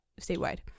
statewide